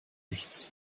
nichts